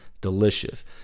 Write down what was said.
Delicious